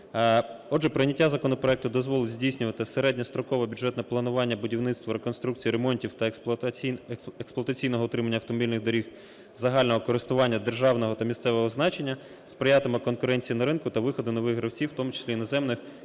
Отже, прийняття законопроекту дозволить здійснювати середньострокове бюджетне планування будівництва, реконструкції, ремонтів та експлуатаційного утримання автомобільних доріг загального користування, державного та місцевого значення, сприятиме конкуренції на ринку та виходу нових гравців, в тому числі іноземних, що у